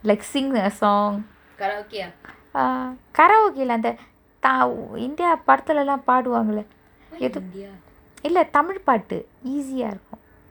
like sing a song ah karaoke lah அந்த:antha thavu~ india படதுலலா பாடுவாங்களே எது இல்ல:padathulala paaduvangale ethu illa tamil பாட்டு:paattu easy ah இருக்கு:iruku